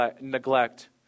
neglect